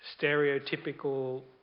stereotypical